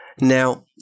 Now